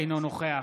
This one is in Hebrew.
אינו נוכח